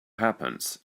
happens